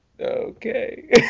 Okay